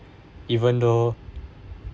even though